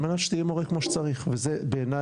על מנת שתהיה מורה כמו שצריך וזה בעיניי,